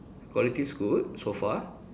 quality is good so far